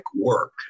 work